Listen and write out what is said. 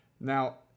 Now